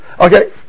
Okay